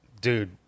dude